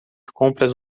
compras